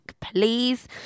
please